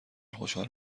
خوشحال